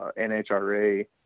nhra